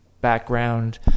background